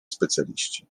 specjaliści